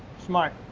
smart.